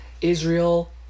Israel